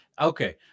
Okay